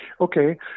Okay